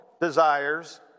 desires